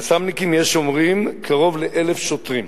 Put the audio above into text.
יס"מניקים, יש אומרים קרוב ל-1,000 שוטרים,